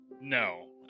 no